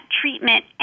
treatment